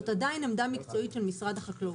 זאת עדיין עמדה מקצועית של משרד החקלאות.